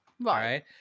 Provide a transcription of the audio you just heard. right